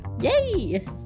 yay